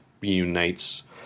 unites